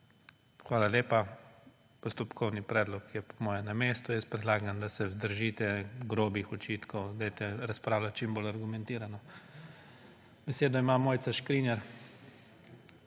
Hvala lepa. Postopkovni predlog je po mojem na mestu. Jaz predlagam, da se vzdržite grobih očitkov. Dajte razpravljati čim bolj argumentirano. Besedo ima Mojca Škrinjar.